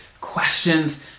questions